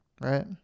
right